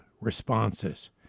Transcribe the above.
responses